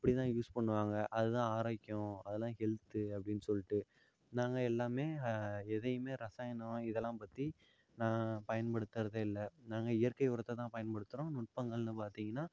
அப்படிதான் யூஸ் பண்ணுவாங்க அது தான் ஆரோக்கியம் அதெலாம் ஹெல்த்து அப்படினு சொல்லிட்டு நாங்கள் எல்லாமே எதையுமே ரசாயனம் இதெலாம் பற்றி பயன்டுத்துறதே இல்லை நாங்கள் இயற்கை உரத்தைதான் பயன்படுத்துகிறோம் நுட்பங்கள்னு பார்த்திங்கன்னா